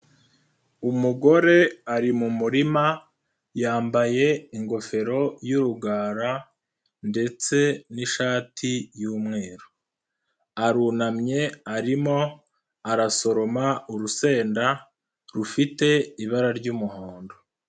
Umugore ari mu murima yambaye ingofero y'urugara ndetse n'ishati y'umweru, arunamye arimo arasoroma urusenda rufite ibara ry'umuhondo.